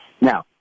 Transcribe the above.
Now